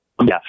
yes